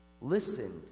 listened